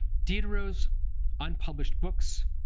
diderot's unpublished books,